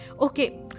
Okay